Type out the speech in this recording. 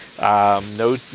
no